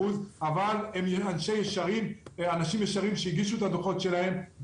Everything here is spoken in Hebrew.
אבל הם אנשים ישרים שהגישו את הדוחות שלהם.